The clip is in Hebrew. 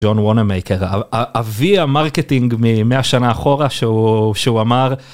ג'ון וונאמקר, אבי המרקטינג ממאה שנה אחורה, שהוא אמר.